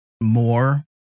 more